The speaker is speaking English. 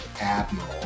admiral